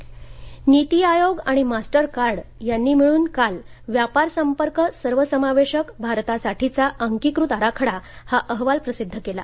नीती आयोग नीती आयोग आणि Mastercard यांनी मिळून कालव्यापार संपर्क सर्वसमावेशक भारतासाठीचा अंकीकृत आराखडाहा अहवाल प्रसिध्द करण्यात आला